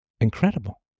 Incredible